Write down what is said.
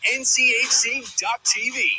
nchc.tv